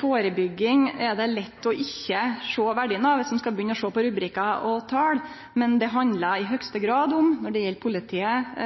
Førebygging er det lett ikkje å sjå verdien av viss ein skal begynne å sjå på rubrikkar og tal, men det handlar i høgste grad om at politiet,